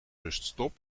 ruststop